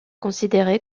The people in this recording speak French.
considéré